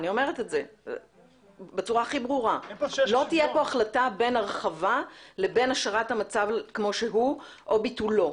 תהיה פה החלטה בין הרחבה לבין השארת המצב כמו שהוא או ביטולו.